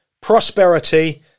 prosperity